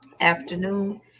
afternoon